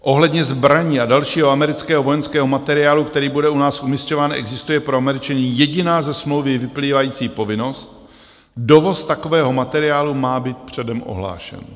Ohledně zbraní a dalšího amerického vojenského materiálu, který bude u nás umisťován, existuje pro Američany jediná ze smlouvy vyplývající povinnost: dovoz takového materiálu má být předem ohlášen.